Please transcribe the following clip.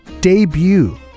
Debut